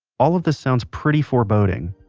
all of this sounds pretty foreboding,